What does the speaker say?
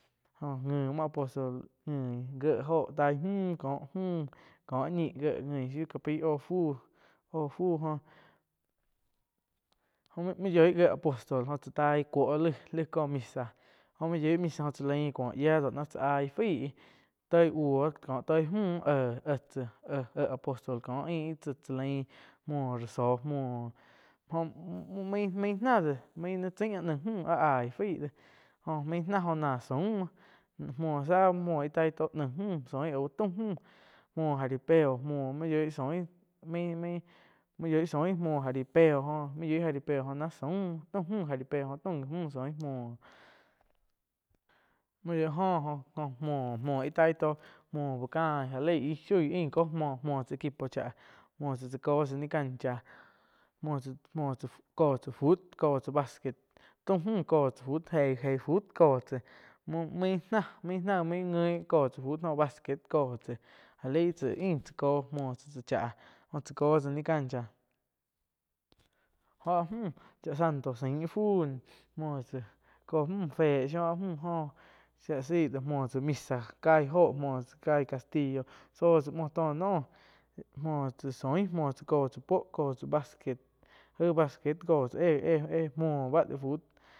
Óh ngi muo apostol nguin gié óho müh kó müh có áah ñih gíe tain shiu cca ái oh fu jó main yoi gie apostol jo cha taih cuoh lai-lai misa main yoih misa oh cha lain kuo yiáh do náh tsá ahí faíh toi buoh có toi müh áh éh tsá éh apostol ko ain ih tsá lain muoh ra zó jo main-main nah déh main naih chain áh naih müh, áh aig fai jó main náh ná oh náh zaum muoh, muoh za muo, muoh íh tai tó naih mö zoin muo óh tai tó naih müh au taum mü muo jaripeo muoh main yoih zoin main-main yoih zoin muoh jaripeo joh mu yoih jaripeo jó zaum muoh taum mü jaripeo jo taum ji mü zoin, main yoi jo oh muoh muoh íh taih. Muoh uh cain shoi ain ko muoh equipo cha muoh tsá ko tsa ni cancha muo cha kó tsá fut kó tsá basquet taum mü ko tsá fut eig fut ko tsá main náh main, main nguin ko tsá fut óh basquet kó tsá já lei aain tsá ko nain tsá tsá chá ko tsá ni cancha. Oh áh mü chaa santo sain íh fu no muho tsá fé shiu áh mü shia la sai muoh tsá misa caih oh muoh caih castillo zóh tsá muoh tó noh muoh tsáa soin ko tsá puo ko tsá basquet aig basquet ko tsá éh-éh muo ba de fut.